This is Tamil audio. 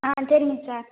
ஆ சரிங்க சார்